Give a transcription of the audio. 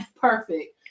perfect